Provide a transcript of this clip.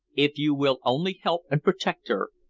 if you will only help and protect her,